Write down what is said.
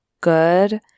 good